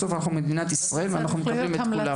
בסוף אנחנו מדינת ישראל ואנחנו מקבלים את כולם.